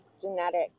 genetic